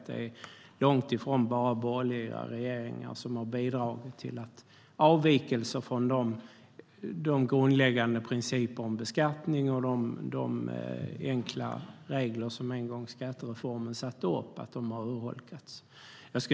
Det är långt ifrån bara borgerliga regeringar som har bidragit till att avvikelser från de grundläggande principer om beskattning och de enkla skatteregler som en gång infördes i skattereformen har urholkats.